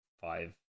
five